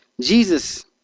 Jesus